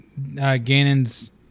Ganon's